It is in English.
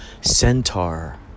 Centaur